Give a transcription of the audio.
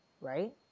right